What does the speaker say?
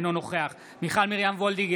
אינו נוכח מיכל מרים וולדיגר,